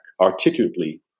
articulately